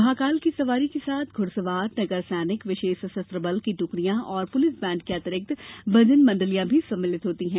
महाकाल की सवारी के साथ घुड़सवार नगर सैनिक विशेष सशस्त्र बल की टुकड़ियां और पुलिस बैंड के अतिरिक्त भजन मंडलियां भी सम्मिलित होती हैं